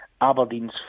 Aberdeen's